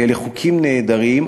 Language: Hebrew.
ואלה חוקים נהדרים,